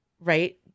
Right